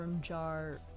Jar